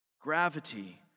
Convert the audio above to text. Gravity